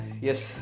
Yes